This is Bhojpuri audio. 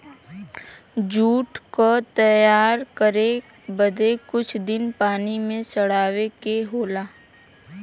जूट क तैयार करे बदे कुछ दिन पानी में सड़ावे के होला